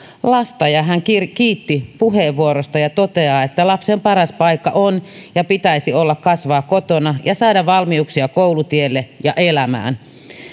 lasta ja hän kiitti puheenvuorosta ja toteaa lapsen paras paikka on ja pitäisi olla kasvaa kotona ja saada valmiuksia koulutielle ja elämään